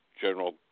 general